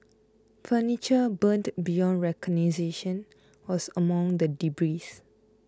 furniture burned beyond recognition was among the debris